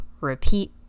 repeat